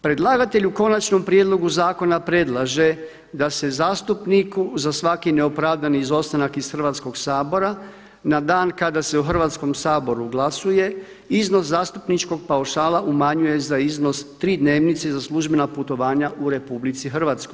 Predlagatelj u konačnom prijedlogu zakona predlaže da se zastupniku za svaki neopravdani izostanak iz Hrvatskog sabora na dan kada se u Hrvatskom saboru glasuje iznos zastupničkog paušala umanjuje za iznos tri dnevnice za službena putovanja u RH.